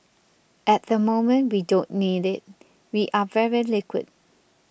at the moment we don't need it we are very liquid